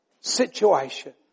situation